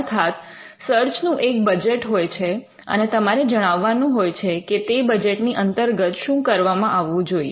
અર્થાત સર્ચ નું એક બજેટ હોય છે અને તમારે જણાવવાનું હોય છે કે તે બજેટની અંતર્ગત શું કરવામાં આવવું જોઈએ